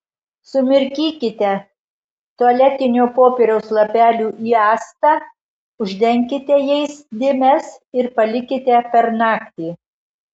sumirkykite tualetinio popieriaus lapelių į actą uždenkite jais dėmes ir palikite per naktį